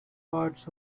parts